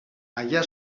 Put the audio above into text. allà